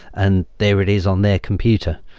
and there it is on their computer.